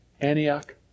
Antioch